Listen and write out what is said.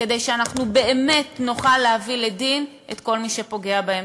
כדי שאנחנו באמת נוכל להביא לדין את כל מי שפוגע בהם.